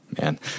man